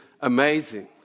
amazing